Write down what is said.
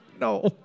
no